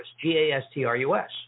G-A-S-T-R-U-S